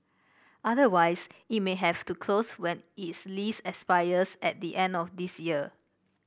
otherwise it may have to close when its lease expires at the end of this year